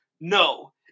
No